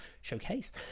showcase